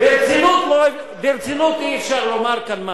ברצינות אי-אפשר לומר כאן משהו.